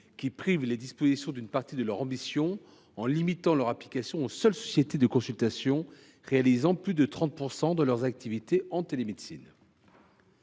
à priver ces dispositions d’une partie de leur ambition, en limitant leur application aux sociétés de consultation réalisant plus de 30 % de leur activité en télémédecine.